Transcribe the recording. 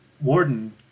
warden